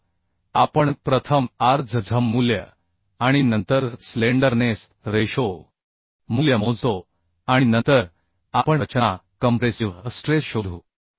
तर आपण प्रथम R z z मूल्य आणि नंतर स्लेंडरनेस रेशो मूल्य मोजतो आणि नंतर आपण रचना कंप्रेसिव्ह स्ट्रेस शोधू